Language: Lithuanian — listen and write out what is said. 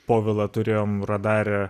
povilą turėjome radare